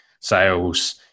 sales